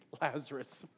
Lazarus